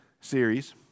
series